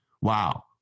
Wow